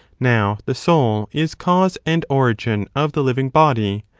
now the soul is cause and origin of the living body.